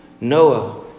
Noah